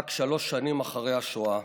רק שלוש שנים אחרי השואה.